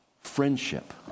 friendship